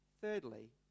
Thirdly